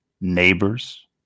neighbors